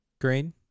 Green